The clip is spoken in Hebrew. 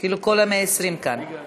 כאילו כל ה-120 כאן.